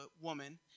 woman